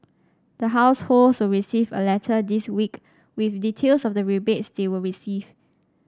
the households will receive a letter this week with details of the rebates they will receive